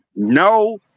No